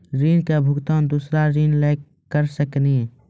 ऋण के भुगतान दूसरा ऋण लेके करऽ सकनी?